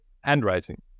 Handwriting